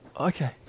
Okay